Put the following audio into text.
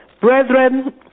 Brethren